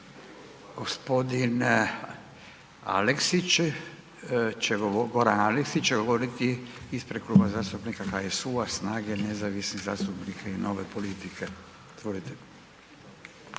Gospodin Aleksić će, Goran Aleksić će govoriti ispred Kluba zastupnika HSU-a, SNAGE, nezavisnih zastupnika i Nove politike. Izvolite.